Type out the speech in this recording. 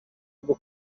bwo